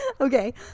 okay